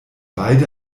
beide